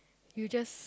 you just